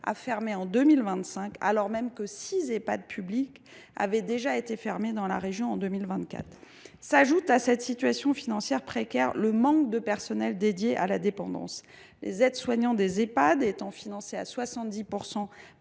à fermer en 2025, alors même que six Ehpad publics ont déjà fermé dans la région en 2024. À cette situation financière précaire s’ajoute le manque de personnel dédié à la dépendance. Les aides soignants des Ehpad étant financés à 70